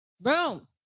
Boom